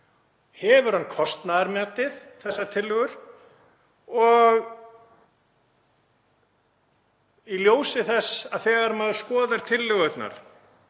Hefur hann kostnaðarmetið þessar tillögur? Og í ljósi þess að þegar maður skoðar tillögurnar